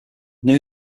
new